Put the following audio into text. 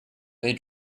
they